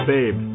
Babe